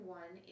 one